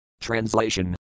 Translation